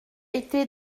été